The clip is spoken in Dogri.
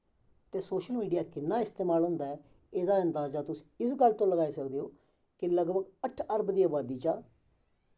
ते सोशल मीडिया किन्ना इस्तमाल होंदा ऐ एहदा अंदाजा तुस इस गल्ल तो लगाई सकदे ओ कि लगभग अट्ठ अरब दी अबादी चा